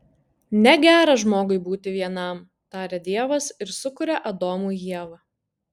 negera žmogui būti vienam taria dievas ir sukuria adomui ievą